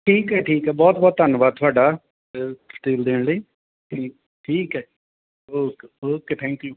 ਠੀਕ ਹੈ ਠੀਕ ਹੈ ਬਹੁਤ ਬਹੁਤ ਧੰਨਵਾਦ ਤੁਹਾਡਾ ਤੇਲ ਦੇਣ ਲਈ ਠੀਕ ਠੀਕ ਹੈ ਓ ਓਕੇ ਥੈਂਕ ਯੂ